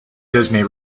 disney